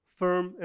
firm